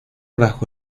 bajo